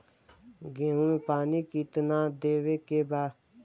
गेहूँ मे पानी कितनादेवे के बा?